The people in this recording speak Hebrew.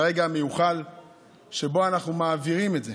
לרגע המיוחל שבו אנחנו מעבירים את זה.